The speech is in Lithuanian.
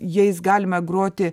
jais galime groti